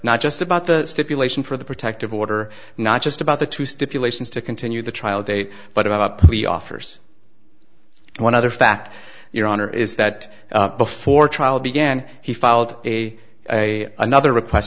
not just about the stipulation for the protective order not just about the two stipulations to continue the trial date but about the offers one other fact your honor is that before trial began he filed a a another request